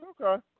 Okay